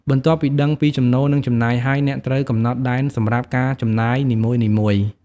បន្ទាប់ពីដឹងពីចំណូល និងចំណាយហើយ អ្នកត្រូវកំណត់ដែនសម្រាប់ការចំណាយនីមួយៗ។